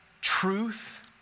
truth